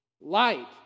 light